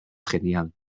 genial